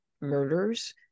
murders